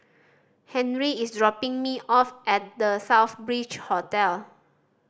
Henry is dropping me off at The Southbridge Hotel